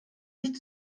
nicht